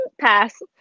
pass